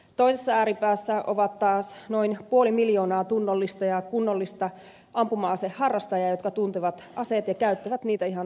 toisessa ääripäässä ovat taas noin puoli miljoonaa tunnollista ja kunnollista ampuma aseharrastajaa jotka tuntevat aseet ja käyttävät niitä ihan oikealla tavalla